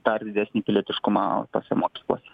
dar didesnį pilietiškumą tose mokyklose